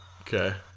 Okay